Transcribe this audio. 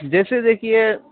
جیسے دیکھیے